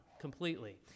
completely